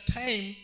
time